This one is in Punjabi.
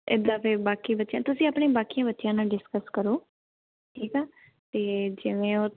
ਇੱਦਾਂ ਅਤੇ ਬਾਕੀ ਬੱਚਿਆਂ ਤੁਸੀਂ ਆਪਣੇ ਬਾਕੀਆਂ ਬੱਚਿਆਂ ਨਾਲ ਡਿਸਕਸ ਕਰੋ ਠੀਕ ਆ ਅਤੇ ਜਿਵੇਂ ਉਹ